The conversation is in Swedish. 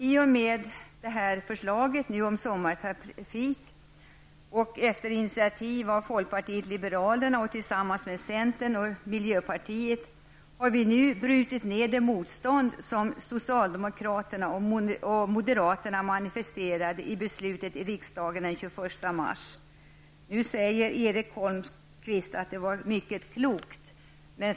I och med detta förslag om sommartrafik har vi, på initiativ av folkpartiet liberalerna tillsammans med centern och miljöpartiet, nu brutit ned det motstånd som socialdemokraterna och moderaterna manifesterade i beslutet i riksdagen den 21 mars. Nu säger Erik Holmkvist att förslaget var mycket klokt.